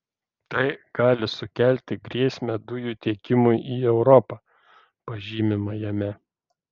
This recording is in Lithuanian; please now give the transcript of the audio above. tai gali sukelti grėsmę dujų tiekimui į europą pažymima jame